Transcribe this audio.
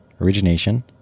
origination